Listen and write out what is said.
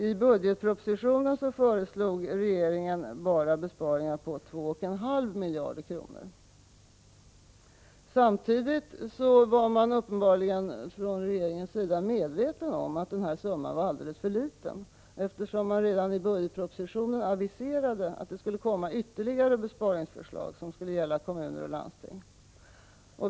I budgetpropositionen föreslog regeringen besparingar på bara 2,5 miljarder kronor. Samtidigt var regeringen uppenbarligen medveten om att denna summa var alldeles för liten, eftersom det redan i budgetpropositionen aviserades ytterligare besparingsförslag som skulle gälla kommuner och landsting.